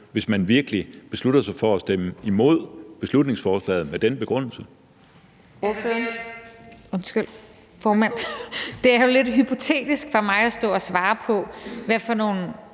hvis man virkelig beslutter sig for at stemme imod beslutningsforslaget med den begrundelse?